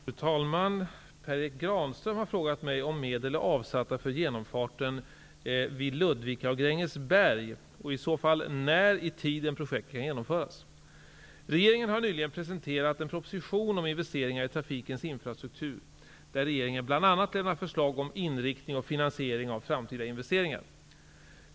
Fru talman! Per Erik Granström har frågat mig om medel är avsatta för genomfarterna vid Ludvika och Grängesberg och i så fall när i tiden projekten kan genomföras. Regeringen har nyligen presenterat en proposition om investeringar i trafikens infrastruktur där regeringen bl.a. lämnar förslag om inriktning och finansiering av framtida investeringar.